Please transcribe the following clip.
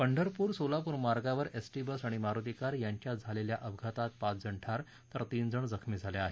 पंढरपूर सोलापूर मार्गावर एसटीबस आणि मारुती कार यांच्यात झालेल्या अपघातात पाच जण ठार तर तीन जण जखमी झाले आहेत